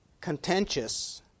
contentious